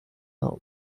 home